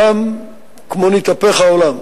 שם כמו נתהפך העולם.